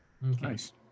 Nice